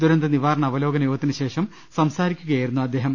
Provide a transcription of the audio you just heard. ദുരന്ത നിവാരണ അവലോകന യോഗത്തിന് ശേഷം സംസാരിക്കുകയായിരുന്നു അദ്ദേഹം